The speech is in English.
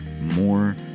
more